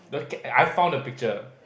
I found the picture